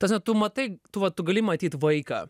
ta prasme tu matai tu vat tu gali matyt vaiką